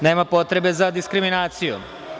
Nema potrebe za diskriminacijom.